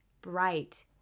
bright